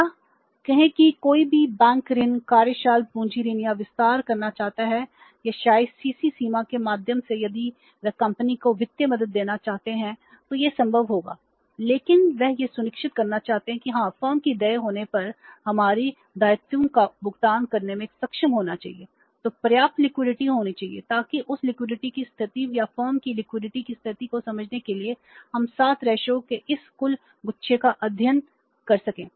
या कहें कि कोई भी बैंक ऋण कार्यशील पूंजी ऋण का विस्तार करना चाहता है या शायद सीसी के इस कुल गुच्छा का अध्ययन कर सकें